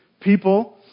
People